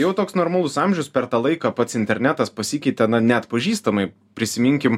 jau toks normalus amžius per tą laiką pats internetas pasikeitė na neatpažįstamai prisiminkim